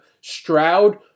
Stroud